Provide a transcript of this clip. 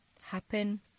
happen